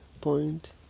point